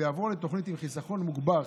ויעבור לתוכנית עם חיסכון מוגבר,